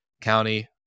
county